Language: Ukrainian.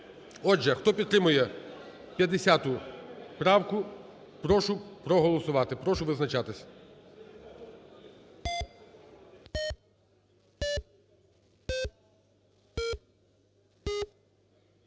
Отже, хто підтримує 50 правку, прошу проголосувати. Прошу визначатись.